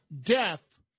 death